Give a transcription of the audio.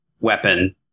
weapon